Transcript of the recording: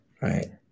right